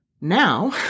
now